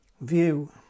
view